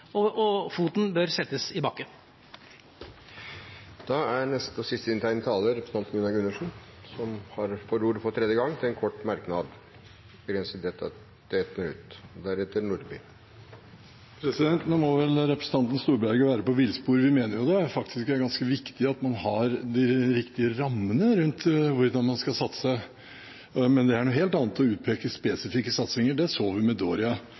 og foten bør settes i bakken. Representanten Gunnar Gundersen har hatt ordet to ganger tidligere og får ordet til en kort merknad, begrenset til 1 minutt. Nå må vel representanten Storberget være på villspor? Vi mener det faktisk er ganske viktig at man har de riktige rammene rundt hvordan man skal satse, men det er noe helt annet å utpeke spesifikke satsinger – det så vi med